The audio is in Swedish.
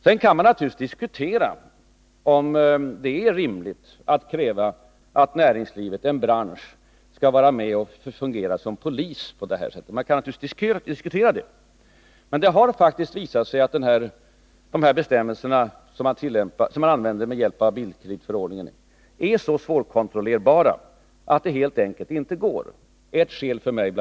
Sedan kan man naturligtvis diskutera om det är rimligt att kräva att näringslivet — en bransch — skall fungera som polis på det här sättet. Men det har faktiskt visat sig att de bestämmelser som man använder med hjälp av bilkreditförordningen är så svårkontrollerbara att det helt enkelt inte går att 119 kontrollera efterlevnanden. BI.